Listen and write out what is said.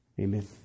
amen